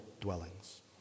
dwellings